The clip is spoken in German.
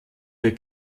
der